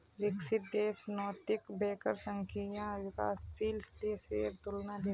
विकसित देशत नैतिक बैंकेर संख्या विकासशील देशेर तुलनात बेसी छेक